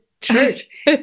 church